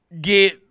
get